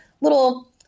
little